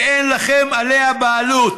ואין לכם עליה בעלות.